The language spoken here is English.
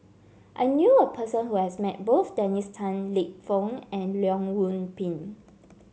I knew a person who has met both Dennis Tan Lip Fong and Leong Yoon Pin